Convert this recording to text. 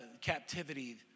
captivity